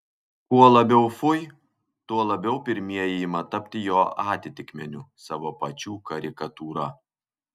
kuo labiau fui tuo labiau pirmieji ima tapti jo atitikmeniu savo pačių karikatūra